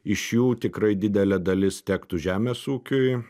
iš jų tikrai didelė dalis tektų žemės ūkiui